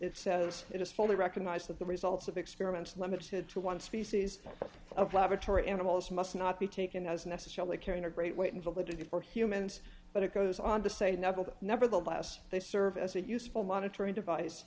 it says it is fully recognized that the results of experiments limited to one species of laboratory animals must not be taken as necessarily carrying a great weight until they did it for humans but it goes on to say never but nevertheless they serve as a useful monitoring device